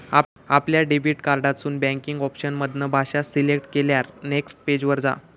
आपल्या डेबिट कार्डातून banking option मधना भाषा सिलेक्ट केल्यार नेक्स्ट पेज वर जा